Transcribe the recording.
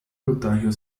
contagio